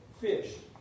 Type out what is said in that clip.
fish